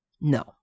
No